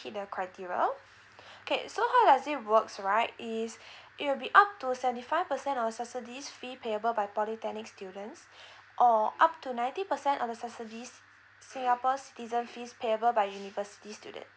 hit the criteria okay so how does it works right is it will be up to seventy five percent of the subsidies fee payable by polytechnic students or up to ninety percent of the subsidies singapore's citizen fees payable by university student